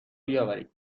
بیاورید